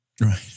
Right